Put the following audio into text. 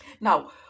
Now